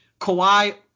Kawhi –